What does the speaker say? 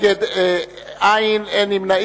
(דרך גישה לאנשים עם מוגבלות),